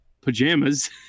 pajamas